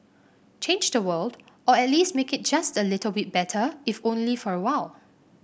change the world or at least make it just the little bit better if only for a while